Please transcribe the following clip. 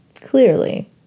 clearly